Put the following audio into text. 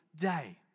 day